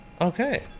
Okay